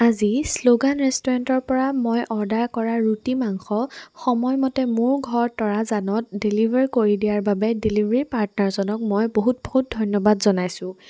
আজি শ্লোগান ৰেষ্টুৰেণ্টৰপৰা মই অৰ্ডাৰ কৰা ৰুটি মাংস সময়মতে মোৰ ঘৰ তৰাজানত ডেলিভাৰ কৰি দিয়াৰ বাবে ডেলিভাৰী পাৰ্টনাৰজনক মই বহুত বহুত ধন্যবাদ জনাইছোঁ